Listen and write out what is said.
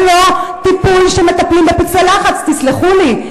זה לא טיפול שמטפלים בפצעי לחץ, תסלחו לי.